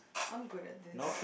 I'm good at this